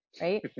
right